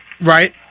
Right